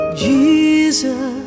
Jesus